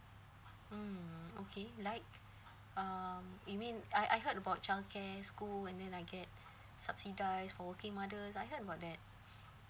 mm okay like uh you mean I I heard about childcare and school and then I get subsidized for working mothers I heard about that